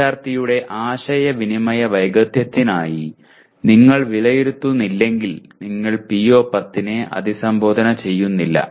വിദ്യാർത്ഥിയുടെ ആശയവിനിമയ വൈദഗ്ധ്യത്തിനായി നിങ്ങൾ വിലയിരുത്തുന്നില്ലെങ്കിൽ നിങ്ങൾ PO10 നെ അഭിസംബോധന ചെയ്യുന്നില്ല